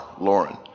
Lauren